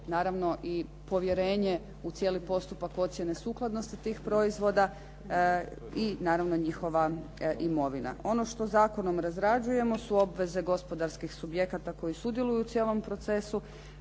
naravno i povjerenje u cijeli postupak ocjene sukladnosti tih proizvoda i naravno njihova imovina. Ono što zakonom razrađujemo su obveze gospodarskih subjekata koji sudjeluju u cijelom procesu,